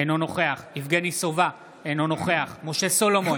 אינו נוכח יבגני סובה, אינו נוכח משה סולומון,